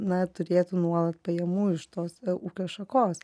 na turėtų nuolat pajamų iš tos ūkio šakos